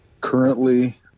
currently